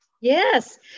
Yes